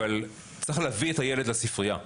אבל צריך להביא את הילד לספרייה,